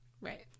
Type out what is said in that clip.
Right